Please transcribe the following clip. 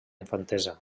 infantesa